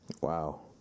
Wow